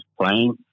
playing